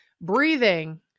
breathing